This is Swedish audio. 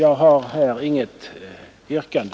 Jag har, herr talman, inget yrkande.